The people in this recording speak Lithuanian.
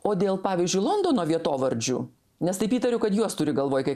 o dėl pavyzdžiui londono vietovardžių nes taip įtariu kad juos turi galvoje kai